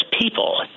people